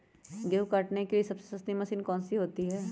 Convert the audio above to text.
गेंहू काटने के लिए सबसे सस्ती मशीन कौन सी होती है?